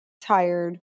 tired